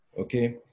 okay